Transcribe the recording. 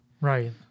Right